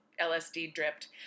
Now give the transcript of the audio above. LSD-dripped